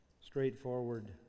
straightforward